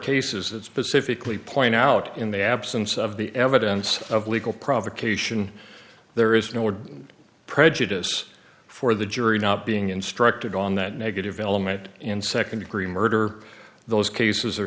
cases it's pacifically point out in the absence of the evidence of legal provocation there is no would prejudice for the jury not being instructed on that negative element in second degree murder those cases are